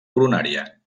coronària